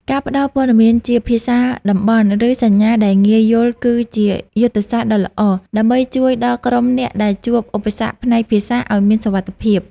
ការផ្តល់ព័ត៌មានជាភាសាតំបន់ ឬសញ្ញាដែលងាយយល់គឺជាយុទ្ធសាស្ត្រដ៏ល្អ ដើម្បីជួយដល់ក្រុមអ្នកដែលជួបឧបសគ្គផ្នែកភាសាឱ្យមានសុវត្ថិភាព។